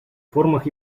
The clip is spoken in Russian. формах